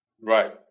Right